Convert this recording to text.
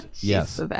yes